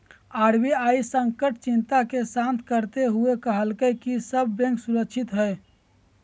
RBI संकट चिंता के शांत करते हुए कहलकय कि सब बैंक सुरक्षित हइ